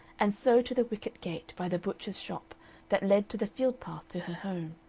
and so to the wicket-gate by the butcher's shop that led to the field path to her home.